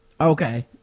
okay